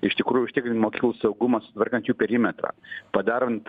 iš tikrųjų užtikrint mokyklų saugumą sutvarkant jų perimetrą padarant